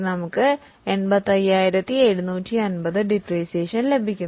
നമുക്ക് 85750 ലഭിക്കുന്നു